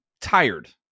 tired